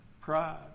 Pride